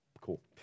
Cool